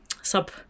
sub